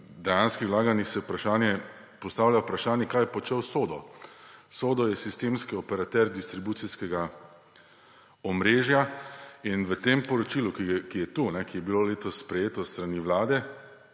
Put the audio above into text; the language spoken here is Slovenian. dejanskih vlaganjih, se postavlja vprašanje, kaj je počel SODO. SODO je sistemski operater distribucijskega omrežja in v tem poročilu, ki je tu, ki je bilo letos sprejeto s strani Vlade,